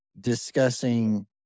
discussing